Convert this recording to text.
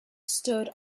stood